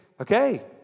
okay